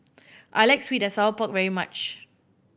I like sweet and sour pork very much